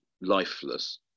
lifeless